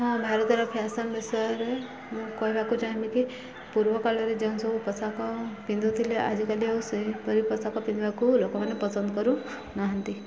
ହଁ ଭାରତର ଫ୍ୟାସନ୍ ବିଷୟରେ ମୁଁ କହିବାକୁ ଚାହିଁବିକି ପୂର୍ବ କାଳରେ ଯେଉଁ ସବୁ ପୋଷାକ ପିନ୍ଧୁଥିଲେ ଆଜିକାଲି ଆଉ ସେହିପରି ପୋଷାକ ପିନ୍ଧିବାକୁ ଲୋକମାନେ ପସନ୍ଦ କରୁନାହାନ୍ତି